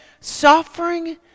suffering